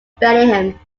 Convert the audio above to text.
bellingham